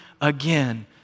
again